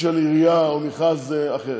של עירייה או מכרז אחר,